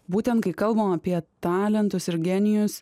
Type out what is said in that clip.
būtent kai kalbam apie talentus ir genijus